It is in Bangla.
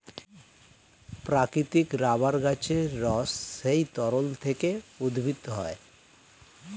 প্রাকৃতিক রাবার গাছের রস সেই তরল থেকে উদ্ভূত হয়